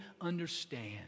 understand